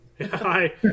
Hi